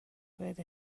بهت